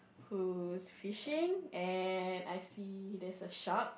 who's fishing and I see there's a shark